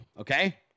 okay